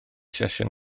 sesiwn